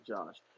Josh